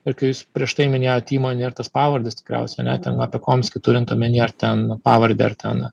ir kai jūs prieš tai minėjot įmonę ir tas pavardes tikriausiai ane ten apie komskį turint omeny ar ten pavardę ar ten